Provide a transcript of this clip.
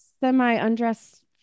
semi-undressed